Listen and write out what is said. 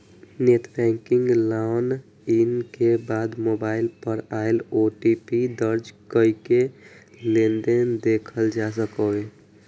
net banking log in के बाद mobile पर आयल ओ.टी.पी दर्ज कैरके लेनदेन देखल जा सकैए